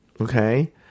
okay